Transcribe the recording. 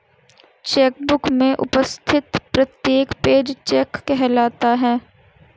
check book में उपस्थित प्रत्येक पेज चेक कहलाता है